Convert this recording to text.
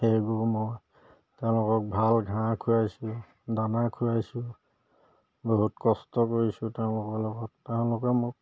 সেইবোৰ মই তেওঁলোকক ভাল ঘাঁহ খুৱাইছোঁ দানা খুৱাইছোঁ বহুত কষ্ট কৰিছোঁ তেওঁলোকৰ লগত তেওঁলোকে মোক